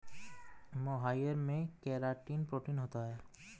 मोहाइर में keratin protein होता है